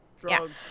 Drugs